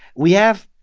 we have.